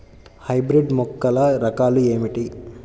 Hybrid మొక్కల రకాలు ఏమిటి?